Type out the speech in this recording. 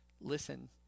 listen